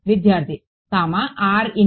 విద్యార్థి కామా ఆర్ ఇన్